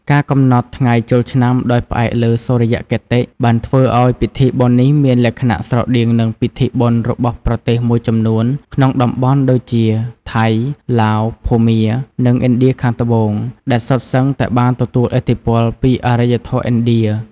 ការកំណត់ថ្ងៃចូលឆ្នាំដោយផ្អែកលើសុរិយគតិ បានធ្វើឲ្យពិធីបុណ្យនេះមានលក្ខណៈស្រដៀងនឹងពិធីបុណ្យរបស់ប្រទេសមួយចំនួនក្នុងតំបន់ដូចជា ថៃ ឡាវ ភូមា និងឥណ្ឌាខាងត្បូង ដែលសុទ្ធសឹងតែបានទទួលឥទ្ធិពលពីអរិយធម៌ឥណ្ឌា។